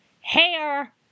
hair